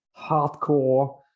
hardcore